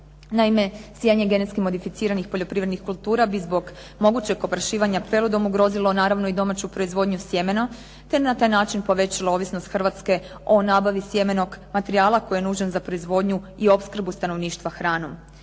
Naime sijanje genetski modificiranih poljoprivrednih kultura bi zbog mogućeg oprašivanja peludom ugrozilo naravno i domaću proizvodnju sjemena, te na taj način povećao ovisnost Hrvatske o nabavi sjemenog materijala koji je nužan za proizvodnju i opskrbu stanovništva hranom.